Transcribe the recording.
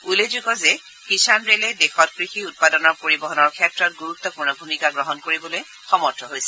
উল্লেখযোগ্য যে কিষাণ ৰেলে দেশত কৃষি উৎপাদনৰ পৰিবহনৰ ক্ষেত্ৰত গুৰুত্বপূৰ্ণ ভূমিকা গ্ৰহণ কৰিবলৈ সমৰ্থ হৈছে